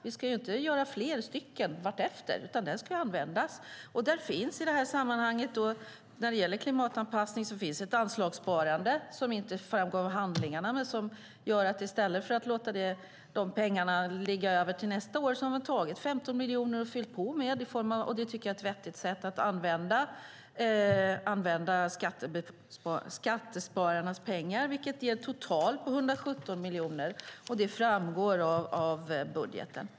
Vi ska inte göra nya databaser allt eftersom, utan den ska användas. När det gäller klimatanpassning finns ett anslagssparande - det framgår inte av handlingarna - som innebär att i stället för att låta pengarna ligga kvar till nästa år har man tagit 15 miljoner och fyllt på med dem. Det tycker jag är ett vettigt sätt att använda skattebetalarnas pengar. Det ger totalt 117 miljoner, vilket framgår av budgeten.